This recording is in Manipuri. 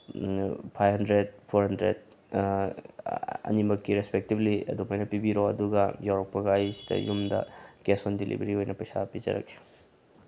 ꯐꯥꯏꯚ ꯍꯟꯗ꯭ꯔꯦꯠ ꯐꯣꯔ ꯍꯟꯗ꯭ꯔꯦꯠ ꯑꯅꯤꯃꯛꯀꯤ ꯔꯦꯁꯄꯦꯛꯇꯤꯞꯂꯤ ꯑꯗꯨꯃꯥꯏꯅ ꯄꯤꯕꯤꯔꯣ ꯑꯗꯨꯒ ꯌꯧꯔꯛꯄꯒ ꯑꯩ ꯁꯤꯗ ꯌꯨꯝꯗ ꯀꯦꯁ ꯑꯣꯟ ꯗꯤꯂꯤꯚꯔꯤ ꯑꯣꯏꯅ ꯄꯩꯁꯥ ꯄꯤꯖꯔꯒꯦ